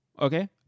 okay